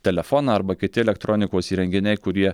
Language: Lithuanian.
telefoną arba kiti elektronikos įrenginiai kurie